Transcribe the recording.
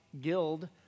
guild